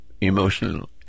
emotional